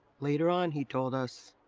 later on he told us,